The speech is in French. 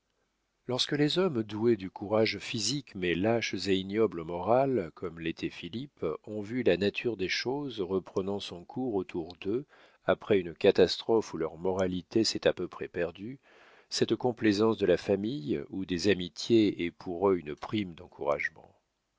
lorsque les hommes doués du courage physique mais lâches et ignobles au moral comme l'était philippe ont vu la nature des choses reprenant son cours autour d'eux après une catastrophe où leur moralité s'est à peu près perdue cette complaisance de la famille ou des amitiés est pour eux une prime d'encouragement